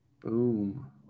Boom